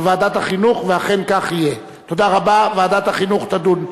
עברה בקריאה טרומית, ראיתי.